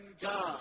God